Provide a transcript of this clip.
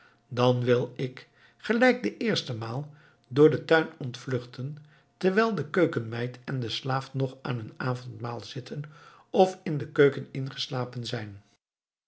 dan wil ik gelijk de eerste maal door den tuin ontvluchten terwijl de keukenmeid en de slaaf nog aan hun avondmaal zitten of in de keuken ingeslapen zijn